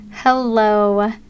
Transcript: Hello